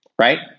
right